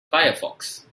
firefox